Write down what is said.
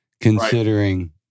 considering